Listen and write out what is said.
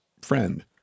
friend